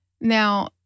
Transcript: Now